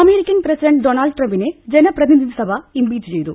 American president Donald ട്രൌപിനെ ജനപ്രതി നിധി സഭ ഇംപീച്ച് ചെയ്തു